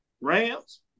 Rams